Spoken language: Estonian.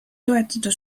toetada